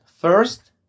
First